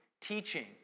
teaching